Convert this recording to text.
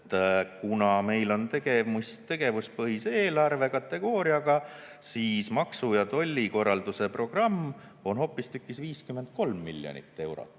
kuna meil on tegemist tegevuspõhise eelarvekategooriaga, siis on maksu- ja tollikorralduse programmi [mõju] hoopistükkis 53 miljonit eurot.